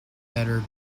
better